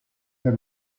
del